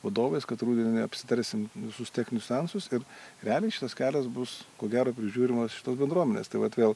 vadovais kad rudenį apsitarsime visus techninius niuansus ir realiai šitas kelias bus ko gero prižiūrimas šitos bendruomenės tai vat vėl